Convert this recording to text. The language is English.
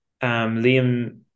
Liam